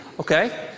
Okay